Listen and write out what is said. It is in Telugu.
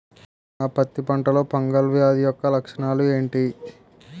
నా పత్తి పంటలో ఫంగల్ వ్యాధి యెక్క లక్షణాలు ఏంటి?